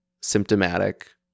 symptomatic